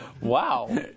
Wow